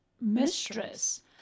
mistress